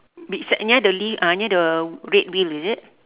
beside near the leaf uh near the red wheel is it